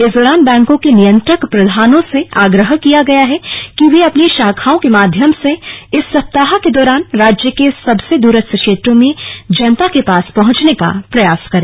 इस दौरान बैंकों के नियंत्रक प्रधानों से आग्रह किया कि वे अपनी शाखाओं के माध्यम से इस सप्ताह के दौरान राज्य के सबसे दूरस्थ क्षेत्रों में जनता के पास पहुंचने का प्रयास करें